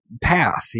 path